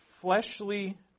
fleshly